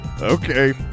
Okay